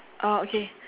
uh okay